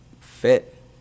fit